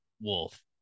wolf